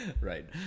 Right